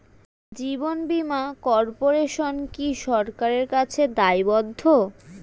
জীবন Bima corporation কি সরকারের কাছে দায়বদ্ধ?